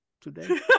Today